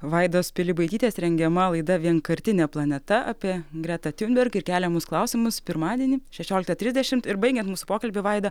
vaidos pilibaitytės rengiama laida vienkartinė planeta apie greta tiunberg ir keliamus klausimus pirmadienį šešioliktą trisdešimt ir baigiant mūsų pokalbį vaida